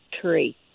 tree